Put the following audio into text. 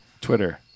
Twitter